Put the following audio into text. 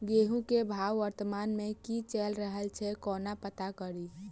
गेंहूँ केँ भाव वर्तमान मे की चैल रहल छै कोना पत्ता कड़ी?